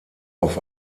auf